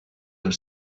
have